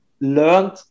learned